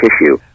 tissue